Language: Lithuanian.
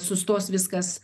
sustos viskas